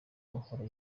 ahora